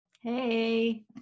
Hey